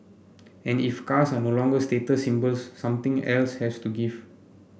and if cars are no longer status symbols something else has to give